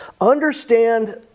Understand